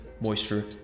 moisture